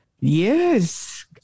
Yes